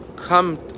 come